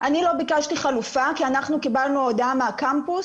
אני לא ביקשתי חלופה כי אנחנו קיבלנו הודעה מהקמפוס